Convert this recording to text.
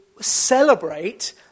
celebrate